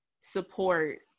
support